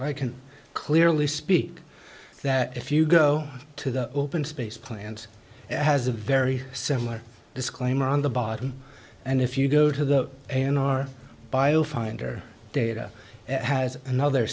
i can clearly speak that if you go to the open space plant has a very similar disclaimer on the bottom and if you go to the a in our bio finder data has another